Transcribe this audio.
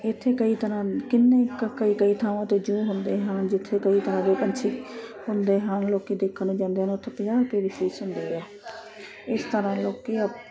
ਇੱਥੇ ਕਈ ਤਰ੍ਹਾਂ ਕਿੰਨੇ ਕ ਕਈ ਕਈ ਥਾਵਾਂ 'ਤੇ ਜੂਅ ਹੁੰਦੇ ਹਨ ਜਿੱਥੇ ਕਈ ਤਰ੍ਹਾਂ ਦੇ ਪੰਛੀ ਹੁੰਦੇ ਹਨ ਲੋਕ ਦੇਖਣ ਨੂੰ ਜਾਂਦੇ ਹਨ ਉੱਥੇ ਪੰਜਾਹ ਰੁਪਏ ਦੀ ਫੀਸ ਹੁੰਦੀ ਹੈ ਇਸ ਤਰ੍ਹਾਂ ਲੋਕ ਅਪ